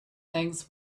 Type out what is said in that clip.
things